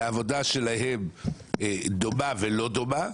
והעבודה שלהם דומה ולא דומה,